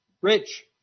rich